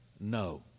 no